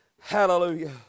Hallelujah